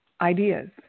ideas